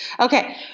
Okay